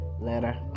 Later